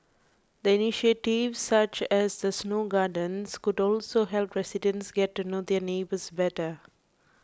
the initiatives such as the snow gardens could also help residents get to know their neighbours better